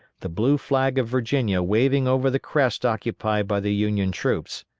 the blue flag of virginia waving over the crest occupied by the union troops.